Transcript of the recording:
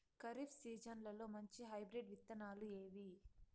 ఖరీఫ్ సీజన్లలో మంచి హైబ్రిడ్ విత్తనాలు ఏవి